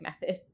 method